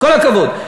כל הכבוד.